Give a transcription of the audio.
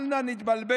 אל נא נתבלבל,